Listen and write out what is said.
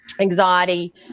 anxiety